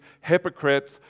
hypocrites